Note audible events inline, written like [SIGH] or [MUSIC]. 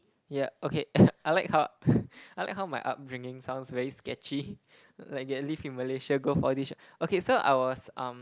yeah okay [LAUGHS] I like how [LAUGHS] I like how my upbringing sounds very sketchy [LAUGHS] like get to live in Malaysia go four D shop okay so I was um